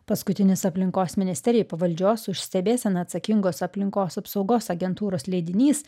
paskutinis aplinkos ministerijai pavaldžios už stebėseną atsakingos aplinkos apsaugos agentūros leidinys